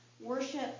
worship